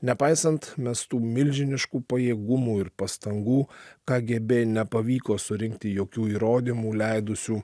nepaisant mestų milžiniškų pajėgumų ir pastangų kgb nepavyko surinkti jokių įrodymų leidusių